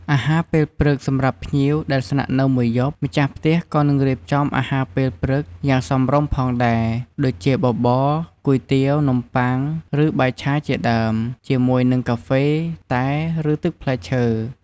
អាហារពេលព្រឹក សម្រាប់ភ្ញៀវដែលស្នាក់នៅមួយយប់ ម្ចាស់ផ្ទះក៏នឹងរៀបចំអាហារពេលព្រឹកយ៉ាងសមរម្យផងដែរ ដូចជាបបរ គុយទាវ នំប៉័ង ឬបាយឆាជាដើម ជាមួយនឹងកាហ្វេ តែ ឬទឹកផ្លែឈើ។